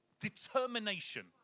determination